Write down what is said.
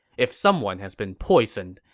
if someone has been poisoned,